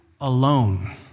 alone